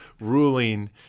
ruling